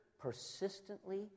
persistently